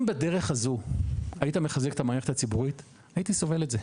אם בדרך הזו היית מחזק את המערכת הציבורית הייתי סובל את זה,